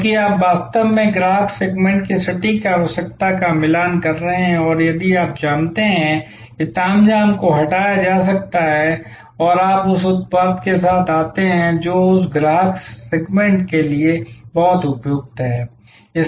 क्योंकि आप वास्तव में ग्राहक सेगमेंट की सटीक आवश्यकता का मिलान कर रहे हैं और इसलिए आप जानते हैं कि तामझाम को हटाया जा सकता है और आप उस उत्पाद के साथ आते हैं जो उस ग्राहक सेगमेंट के लिए बहुत उपयुक्त है